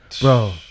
Bro